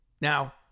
Now